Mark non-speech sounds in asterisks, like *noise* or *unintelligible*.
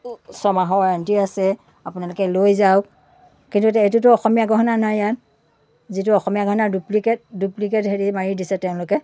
*unintelligible* ছমাহৰ ৱাৰেণ্টি আছে আপোনালোকে লৈ যাওক কিন্তু এতিয়া এইটোতো অসমীয়া গহণা নাই ইয়াত যিটো অসমীয়া গহণাৰ ডুপ্লিকেট ডুপ্লিকেট হেৰি মাৰি দিছে তেওঁলোকে